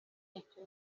icyo